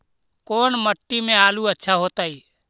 कोन मट्टी में आलु अच्छा होतै?